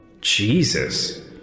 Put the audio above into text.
Jesus